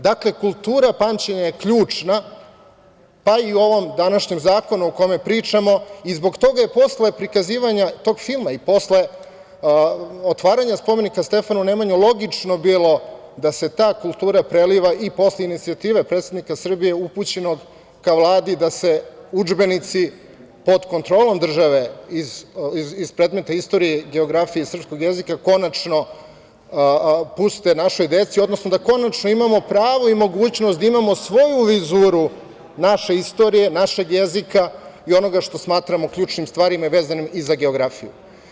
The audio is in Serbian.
Dakle, kultura pamćenja je ključna, pa i u ovom današnjem zakonu o kome pričamo i zbog toga je posle prikazivanja tog filma i posle otvaranja spomenika Stefanu Nemanji logično bilo da se ta kultura preliva i posle inicijative predsednika Srbije upućenog ka Vladi, da se udžbenici pod kontrolom države iz predmeta istorije, geografije i srpskog jezika, konačno, puste našoj deci, odnosno da konačno imamo pravo i mogućnost da imamo svoju vizuru naše istorije, našeg jezika i onoga što smatramo ključnim stvarima vezanim i za geografiju.